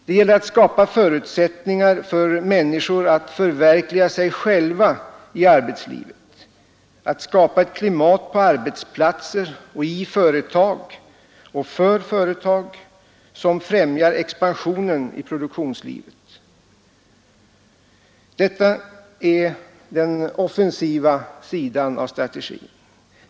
Det gäller att skapa förutsättningar för människor att förverkliga sig själva i arbetslivet, att skapa ett klimat på arbetsplatser och i företag — och för företag — som främjar expansionen i produktionslivet. lerande åtgärder Detta är den offensiva sidan av strategin.